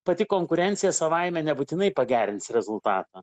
pati konkurencija savaime nebūtinai pagerins rezultatą